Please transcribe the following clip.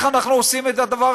איך אנחנו עושים את זה?